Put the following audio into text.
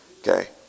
Okay